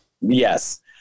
yes